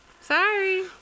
Sorry